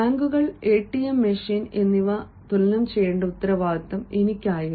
ബാങ്കുകൾ ATM machine എന്നിവ തുലനം ചെയ്യേണ്ട ഉത്തരവാദിത്തം എനിക്കായിരുന്നു